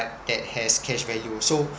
that has cash value so